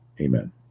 Amen